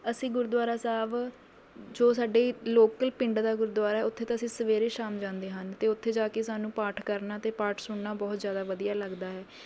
ਅਸੀਂ ਗੁਰਦੁਆਰਾ ਸਾਹਿਬ ਜੋ ਸਾਡੇ ਲੋਕਲ ਪਿੰਡ ਦਾ ਗੁਰਦੁਆਰਾ ਹੈ ਉੱਥੇ ਤਾਂ ਅਸੀਂ ਸਵੇਰੇ ਸ਼ਾਮ ਜਾਂਦੇ ਹਨ ਅਤੇ ਉੱਥੇ ਜਾ ਕੇ ਸਾਨੂੰ ਪਾਠ ਕਰਨਾ ਅਤੇ ਪਾਠ ਸੁਣਨਾ ਬਹੁਤ ਜਿਆਦਾ ਵਧੀਆ ਲੱਗਦਾ ਹੈ